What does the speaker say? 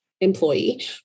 employee